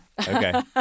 Okay